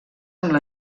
amb